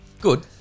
Good